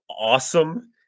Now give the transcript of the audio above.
awesome